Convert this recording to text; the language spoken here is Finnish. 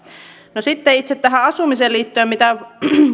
no sitten itse tähän asumiseen liittyen mitä